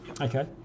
Okay